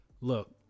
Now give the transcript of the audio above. look